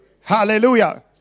Hallelujah